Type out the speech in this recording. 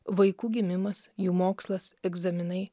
vaikų gimimas jų mokslas egzaminai